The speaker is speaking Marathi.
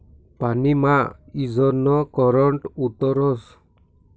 पानी मा ईजनं करंट उतरस